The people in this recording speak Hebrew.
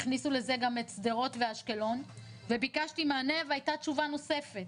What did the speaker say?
הכניסו לזה גם את שדרות ואשקלון וביקשתי מענה והייתה תשובה נוספת,